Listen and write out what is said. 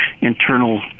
internal